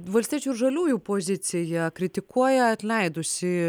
valstiečių ir žaliųjų pozicija kritikuoja atleidusį